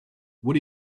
what